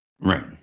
Right